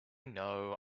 know